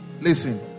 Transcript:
Listen